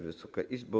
Wysoka Izbo!